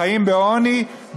חיים בעוני,